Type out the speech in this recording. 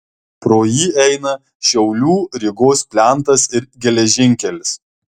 pro jį eina šiaulių rygos plentas ir geležinkelis